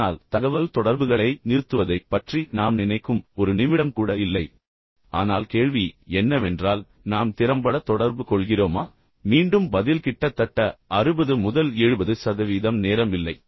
ஆனால் தகவல்தொடர்புகளை நிறுத்துவதைப் பற்றி நாம் நினைக்கும் ஒரு நிமிடம் கூட இல்லை நாம் அதை எல்லா நேரத்திலும் செய்கிறோம் ஆனால் கேள்வி என்னவென்றால் நாம் திறம்பட தொடர்பு கொள்கிறோமா மீண்டும் பதில் கிட்டத்தட்ட 60 முதல் 70 சதவீதம் நேரம் இல்லை